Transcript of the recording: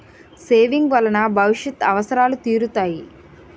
saving వలన భవిష్యత్ అవసరాలు తీరుతాయి